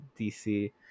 dc